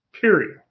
period